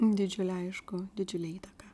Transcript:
didžiulę aišku didžiulę įtaką